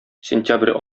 сентябрь